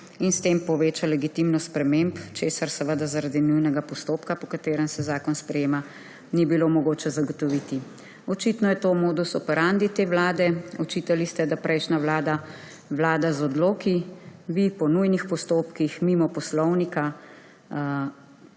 in s tem poveča legitimnost sprememb, česar zaradi nujnega postopka, po katerem se zakon sprejema, ni bilo mogoče zagotoviti. Očitno je to modus operandi te vlade. Očitali ste, da prejšnja vlada vlada z odloki, vi po nujnih postopkih mimo poslovnika